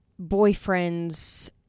boyfriends